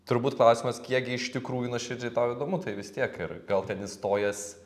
turbūt klausimas kiek gi iš tikrųjų nuoširdžiai tau įdomu tai vis tiek ir gal ten įstojęs